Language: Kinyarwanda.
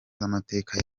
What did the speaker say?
z’amateka